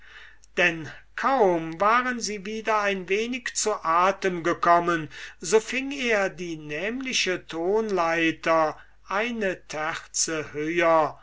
denn kaum waren sie wieder ein wenig zu atem gekommen so fing er die nämliche tonleiter eine terze höher